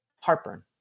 Heartburn